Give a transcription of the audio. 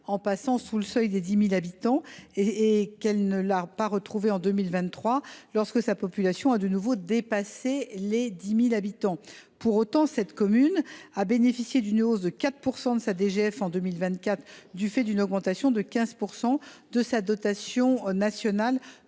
en passant sous le seuil des 10 000 habitants et qui ne l’a pas retrouvée en 2023 lorsque sa population a de nouveau dépassé les 10 000 habitants. Pour autant, cette commune a bénéficié d’une hausse de 4 % de sa DGF en 2024, du fait d’une augmentation de 15 % de sa dotation nationale